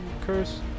curse